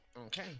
Okay